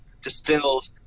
distilled